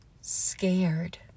scared